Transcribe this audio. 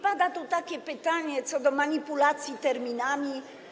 Pada tu takie pytanie co do manipulacji terminami.